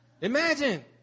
Imagine